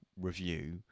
review